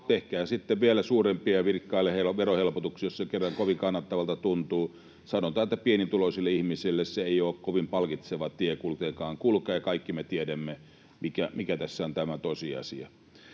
vielä suurempia verohelpotuksia, jos se kerran kovin kannattavalta tuntuu. Sanotaan, että pienituloisille ihmisille se ei ole kovin palkitseva tie kuitenkaan kulkea, ja kaikki me tiedämme, mikä tässä on tämä tosiasia.